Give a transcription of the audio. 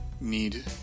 need